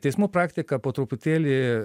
teismų praktika po truputėlį